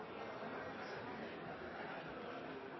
Henriksen